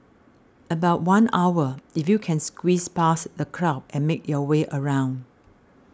about one hour if you can squeeze past the crowd and make your way around